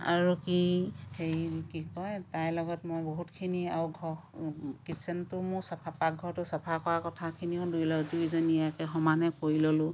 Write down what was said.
আৰু কি হেৰি কি কয় তাইৰ লগত মোৰ বহুতখিনি আৰু ঘৰ কিটচেনটো মোৰ চাফা পাকঘৰটো চাফা কৰা কথাখিনিও দুয়ো লগ দুয়োজনীয়ে একে সমানে কৰি ল'লোঁ